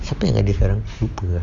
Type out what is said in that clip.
siapa yang canggih sekarang lupa ah